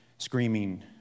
screaming